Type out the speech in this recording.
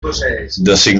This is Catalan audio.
designació